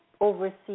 overseas